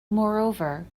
moreover